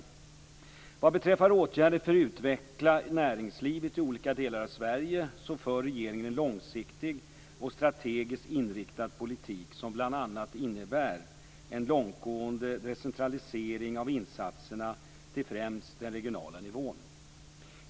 Vad beträffar åtgärder för att utveckla näringslivet i olika delar av Sverige för regeringen en långsiktig och strategiskt inriktad politik som bl.a. innebär en långtgående decentralisering av insatserna till främst den regionala nivån.